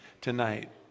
tonight